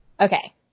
Okay